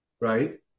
Right